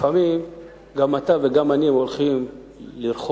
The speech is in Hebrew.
לפעמים גם אתה וגם אני הולכים לרכוש,